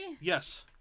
Yes